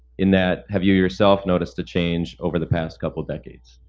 in that have you yourself noticed a change over the past couple decades?